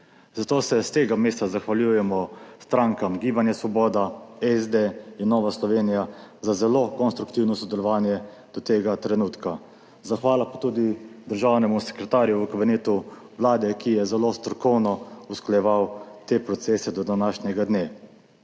Zato se s tega mesta zahvaljujemo strankam Gibanje Svoboda, SD in Nova Slovenija za zelo konstruktivno sodelovanje do tega trenutka. Zahvala pa tudi državnemu sekretarju v Kabinetu predsednika Vlade, ki je zelo strokovno usklajeval te procese do današnjega dne,